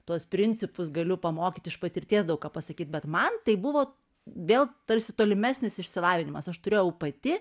tuos principus galiu pamokyt iš patirties daug ką pasakyt bet man tai buvo vėl tarsi tolimesnis išsilavinimas aš turėjau pati